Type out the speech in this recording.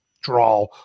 draw